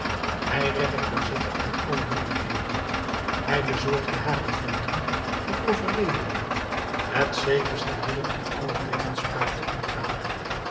hij redde cosette uit alle moeielijkheden hij bezorgde haar een familie van overledenen het zekerste middel om alle tegenspraak te ontgaan